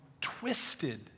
twisted